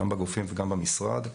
גם בגופים וגם במשרד.